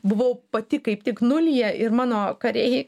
buvau pati kaip tik nulyje ir mano kariai